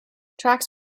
tracks